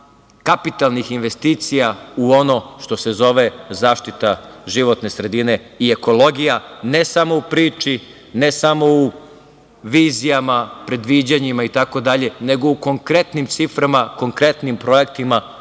kapitalnih investicija u ono što se zove zaštita životne sredine i ekologija, ne samo u priči, ne samo u vizijama, predviđanjima itd, nego u konkretnim ciframa, konkretnim projektima,